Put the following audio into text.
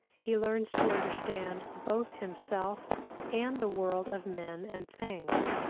he learns to understand both himself and the world of men and things.